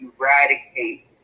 eradicate